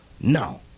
No